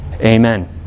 Amen